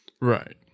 right